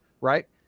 Right